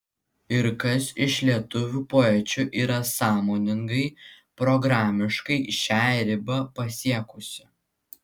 ir kas iš lietuvių poečių yra sąmoningai programiškai šią ribą pasiekusi